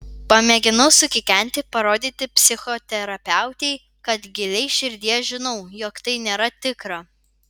pamėginau sukikenti parodyti psichoterapeutei kad giliai širdyje žinau jog tai nėra tikra